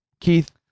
Keith